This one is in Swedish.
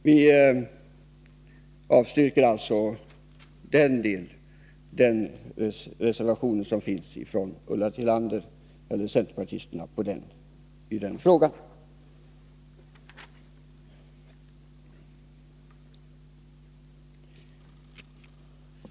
Vi avstyrker alltså den centerpartireservation i denna fråga som undertecknats av bl.a. Ulla Tillander.